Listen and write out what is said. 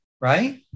right